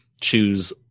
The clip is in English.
choose